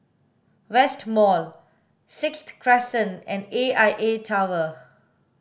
West Mall Sixth Crescent and A I A Tower